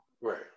Right